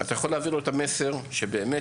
אתה יכול להעביר לו את המסר שאנחנו באמת